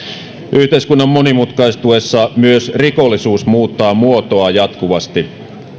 yhteiskunnan monimutkaistuessa myös rikollisuus muuttaa muotoaan jatkuvasti